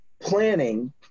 planning